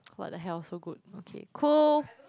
what the hell so good okay cool